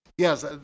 Yes